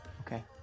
Okay